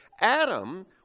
Adam